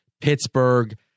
Pittsburgh